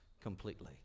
completely